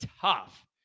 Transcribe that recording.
tough